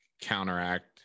counteract